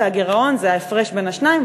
והגירעון זה ההפרש בין השניים,